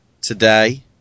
today